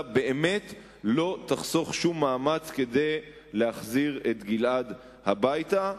באמת לא תחסוך שום מאמץ כדי להחזיר את גלעד הביתה.